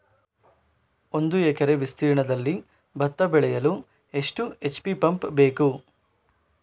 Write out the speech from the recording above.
ಒಂದುಎಕರೆ ವಿಸ್ತೀರ್ಣದಲ್ಲಿ ಭತ್ತ ಬೆಳೆಯಲು ಎಷ್ಟು ಎಚ್.ಪಿ ಪಂಪ್ ಬೇಕು?